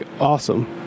awesome